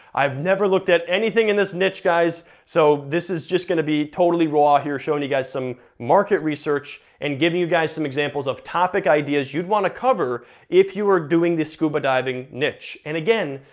i've never looked at anything in this niche, guys, so this is just gonna be totally raw here, showing you guys some market research and giving you guys some examples of topic ideas you'd wanna cover if you were doing this scuba diving niche. and again,